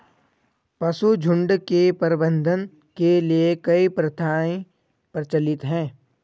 पशुझुण्ड के प्रबंधन के लिए कई प्रथाएं प्रचलित हैं